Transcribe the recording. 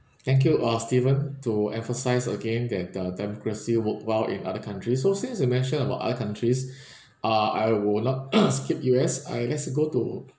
thank you ah stephen to emphasise again that the democracy work well in other countries so since you mention about other countries uh I will not skip U_S I let's go to